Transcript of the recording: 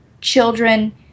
children